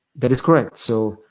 that is correct. so,